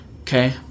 Okay